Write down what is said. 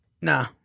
nah